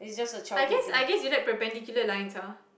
I guess I guess you like perpendicular lines ah